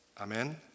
Amen